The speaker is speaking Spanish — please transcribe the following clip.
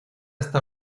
está